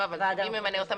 לא, אבל מי ממנה אותם?